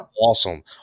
Awesome